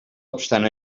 obstant